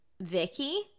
Vicky